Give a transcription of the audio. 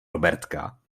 robertka